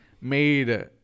made